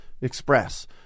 express